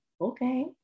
okay